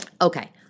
Okay